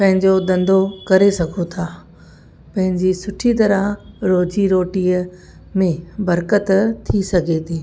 पंहिंजो धंधो करे सघूं था पंहिंजी सुठी तरह रोज़ी रोटीअ में बरकतु थी सघे थी